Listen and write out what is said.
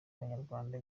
banyarwanda